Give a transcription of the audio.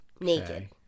naked